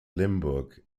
limburg